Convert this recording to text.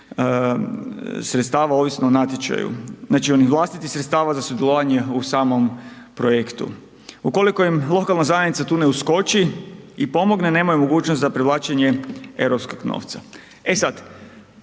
sredstava ovisno o natječaju, znači, onih vlastitih sredstava za sudjelovanje u samom projektu. Ukoliko im lokalna zajednica tu ne uskoči i pomogne, nemaju mogućnost za povlačenje europskog novca. E sad,